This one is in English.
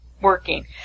working